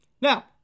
Now